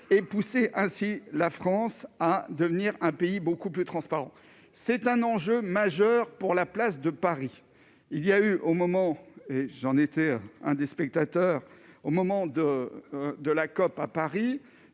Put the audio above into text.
et pousser ainsi la France à devenir un pays beaucoup plus transparent, c'est un enjeu majeur pour la place de Paris, il y a eu au moment j'en étais un des spectateurs au moment de, de la à Paris